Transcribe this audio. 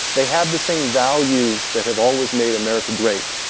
they have the same values that have always made america great.